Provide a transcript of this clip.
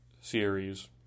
series